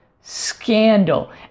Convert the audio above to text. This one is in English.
scandal